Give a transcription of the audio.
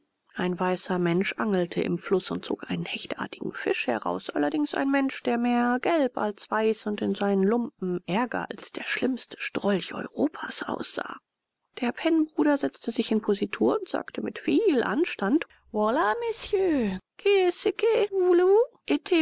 ein weißer mensch angelte im fluß und zog einen hechtartigen fisch heraus allerdings ein mensch der mehr gelb als weiß und in seinen lumpen ärger als der schlimmste strolch europas aussah der pennbruder setzte sich in positur und sagte mit viel anstand